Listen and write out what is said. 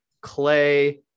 Clay